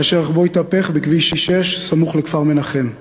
כאשר רכבו התהפך בכביש 6 סמוך לכפר-מנחם,